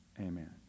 Amen